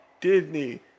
Disney